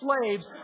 slaves